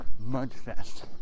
Mudfest